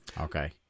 okay